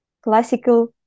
classical